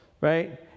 right